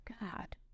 God